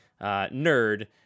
nerd